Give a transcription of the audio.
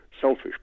selfish